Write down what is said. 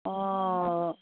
অঁ